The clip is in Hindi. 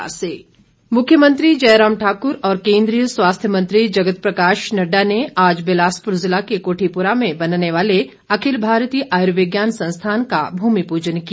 एम्स मुख्यमंत्री जयराम ठाकुर और केन्द्रीय स्वास्थ्य मंत्री जगत प्रकाश नड्डा ने आज बिलासपुर जिला के कोठीपुरा में बनने वाले अखिल भारतीय आयुर्विज्ञान संस्थान का भूमि पूजन किया